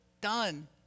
done